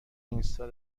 اینستا